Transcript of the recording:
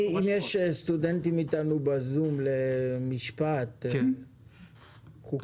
אם יש איתנו ב-זום סטודנטים למשפט חוקתי,